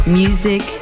music